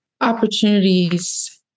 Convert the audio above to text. opportunities